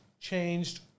changed